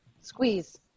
squeeze